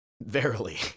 verily